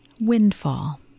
Windfall